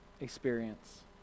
experience